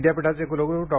विद्यापीठाचे कुलगुरू डॉ